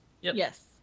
Yes